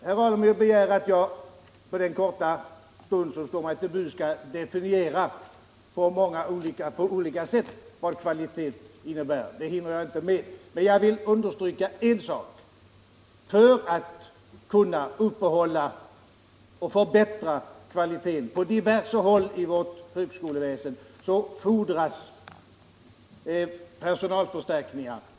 Herr Alemyr begär att jag på den korta stund som står mig till buds på olika sätt skall redogöra för vad kvalitet innebär. Det hinner jag inte med, men jag vill understryka en sak: för att kunna uppehålla och förbättra kvaliteten på diverse håll i vårt högskoleväsende fordras det lärarförstärkningar.